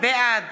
בעד